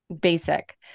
basic